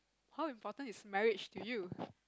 how important is marriage to you